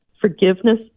forgiveness